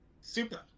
Super